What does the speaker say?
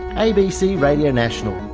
abc radio national,